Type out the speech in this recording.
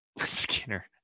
skinner